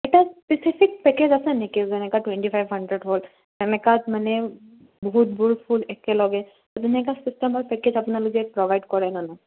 এটা specific package আছে নেকি যেনেকুৱা টুৱেণ্টি ফাইভ হাণ্ড্ৰেড হ'লে এনেকুৱাত মানে বহুতবোৰ ফুল একেলগে তেনেকুৱা চিষ্টেমৰ পেকেজ আপোনালোকে প্ৰভাইড কৰে জানো